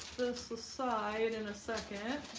so aside in a second